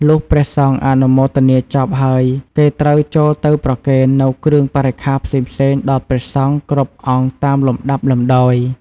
លុះព្រះសង្ឃអនុមោទនាចប់ហើយគេត្រូវចូលទៅប្រគេន នូវគ្រឿងបរិក្ខារផ្សេងៗដល់ព្រះសង្ឃគ្រប់អង្គតាមលំដាប់លំដោយ ។